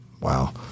Wow